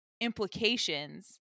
implications